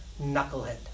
knucklehead